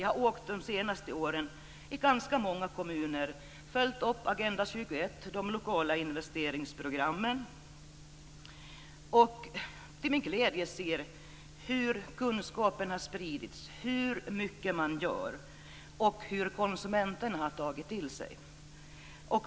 Jag har åkt under de senaste åren i ganska många kommuner, följt upp Agenda 21 arbetet och de lokala investeringsprogrammen. Till min glädje ser jag hur kunskaperna spridits, hur mycket man gör och hur konsumenten har tagit till sig.